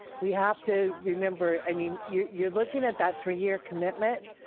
we have to remember, i mean, you're you're looking at that three year commitment,